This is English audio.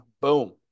boom